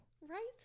Right